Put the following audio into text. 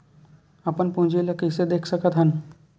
अपन पूंजी ला कइसे देख सकत हन?